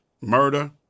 murder